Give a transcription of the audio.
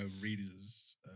readers